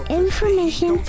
information